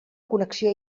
connexió